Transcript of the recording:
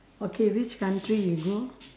okay which country you go